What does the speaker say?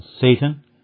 Satan